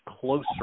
closer